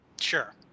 Sure